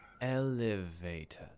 Elevator